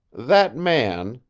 that man,